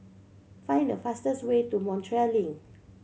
find the fastest way to Montreal Link